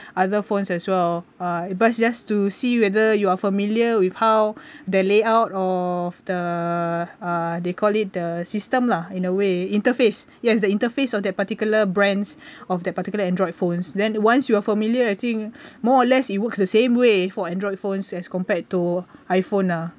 other phones as well uh but just to see whether you are familiar with how the layout of the uh they call it the system lah in a way interface yes the interface of that particular brands of that particular android phones then once you're familiar I think more or less it works the same way for android phones as compared to I_phone lah